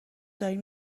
دارید